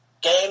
game